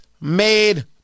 made